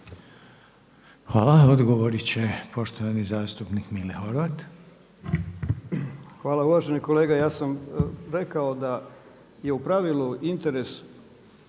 Hvala. Odgovorit će poštovani zastupnik Mile Horvat. **Horvat, Mile (SDSS)** Hvala. Uvaženi kolega, ja sam rekao da je u pravilu interes